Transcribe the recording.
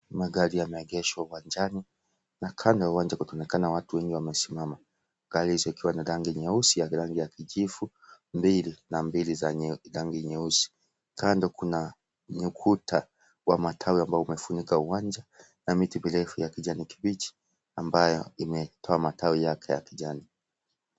Magari yameegeshwa uwanjani na kando yake Kuna watu wengi wamesimama gari liwa la rangi nyeusi na ya kijivu na mbili za nyeusi kando kuna ukuta wa matawi ambao umefunika uwanja na miti mirefu ya kijani kibichi ambayo imetoa matawi yake ya kijani.